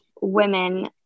women